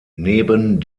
neben